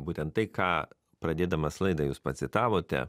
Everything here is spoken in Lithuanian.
būtent tai ką pradėdamas laidą jūs pacitavote